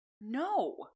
No